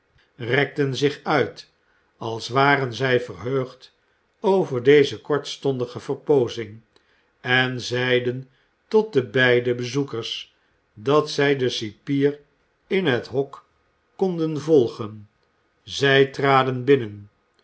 rekten zich uit als waren zij verheugd over deze kortstondige verpoozing en zeiden tot de beide bezoekers dat zij den cipier in het hok konden volgen zij traden binnen